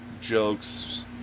jokes